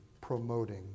promoting